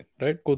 right